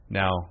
now